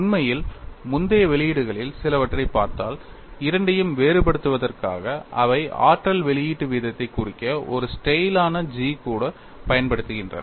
உண்மையில் முந்தைய வெளியீடுகளில் சிலவற்றைப் பார்த்தால் இரண்டையும் வேறுபடுத்துவதற்காக அவை ஆற்றல் வெளியீட்டு வீதத்தைக் குறிக்க ஒரு ஸ்டைலான G கூட பயன்படுத்துகின்றன